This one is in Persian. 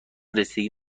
رسیدگی